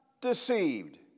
deceived